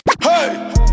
Hey